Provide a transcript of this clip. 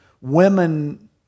women